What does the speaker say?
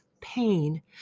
pain